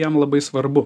jam labai svarbu